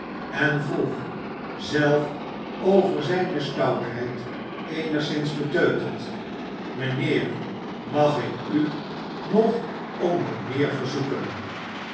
en vroeg zelf over zijne stoutheid eenigszins beteuterd mijnheer mag ik u nog om wat meer verzoeken